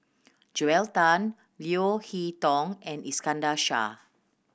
Joel Tan Leo Hee Tong and Iskandar Shah